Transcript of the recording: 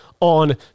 on